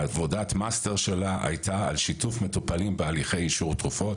עבודת המאסטר שלה הייתה על שיתוף מטופלים בהליכי אישור תרופות,